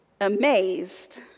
amazed